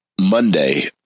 Monday